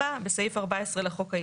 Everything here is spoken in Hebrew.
סעיף 4 לחוק.